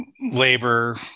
labor